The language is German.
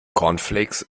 cornflakes